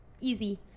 easy